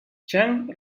cheng